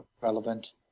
relevant